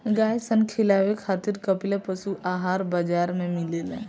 गाय सन खिलावे खातिर कपिला पशुआहार बाजार में मिलेला